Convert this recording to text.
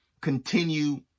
Continue